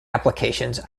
applications